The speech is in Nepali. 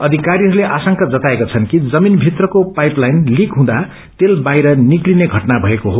अधिकारीहरूले आशंका जताएका छन् कि जमीन भित्रको पाईप लक्ष्टन लीक हुँदा तेल बाहिर निस्किने घटना भएको हो